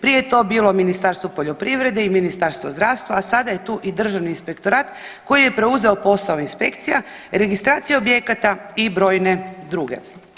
Prije je to bilo Ministarstvo poljoprivrede i Ministarstvo zdravstva, a sada je tu i Državni inspektorat koji je preuzeo posao inspekcija, registracija objekata i brojne druge.